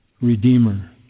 Redeemer